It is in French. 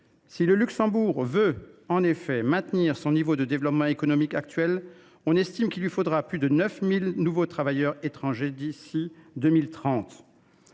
Si le Luxembourg veut en effet maintenir son niveau de développement économique actuel, on estime qu’il lui faudra plus de 9 000 nouveaux travailleurs étrangers par an